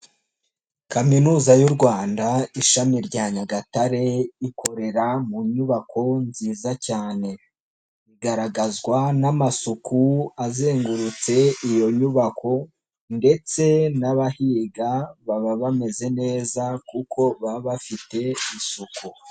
Kaminuza y'u Rwanda, ishami rya Nyagatare ikorera mu nyubako nziza cyane, igaragazwa n'amasuku azengurutse iyo nyubako ndetse n'abahiga baba bameze neza kuko baba bafite isuku.